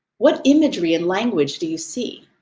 what imagery and language do you see?